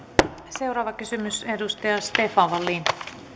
seuraava kysymys edustaja stefan wallin